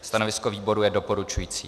Stanovisko výboru je doporučující.